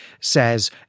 says